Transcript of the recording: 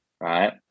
right